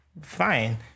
fine